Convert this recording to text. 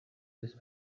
his